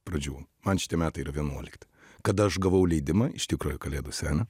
pradžių man šitie metai ir vienuolikti kada aš gavau leidimą iš tikrojo kalėdų senio